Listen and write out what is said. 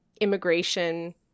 immigration